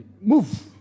Move